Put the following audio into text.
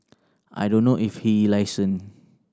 I don't know if he is licensed